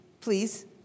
Please